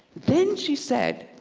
then she said,